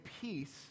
peace